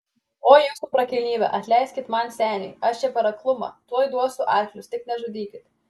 oi jūsų prakilnybe atleiskit man seniui aš čia per aklumą tuoj duosiu arklius tik nežudykit